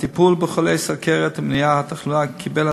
הטיפול בחולי סוכרת ומניעת התחלואה קיבלו